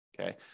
Okay